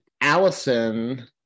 Allison